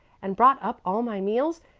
and brought up all my meals,